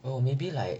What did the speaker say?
well maybe like